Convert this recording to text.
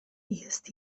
jest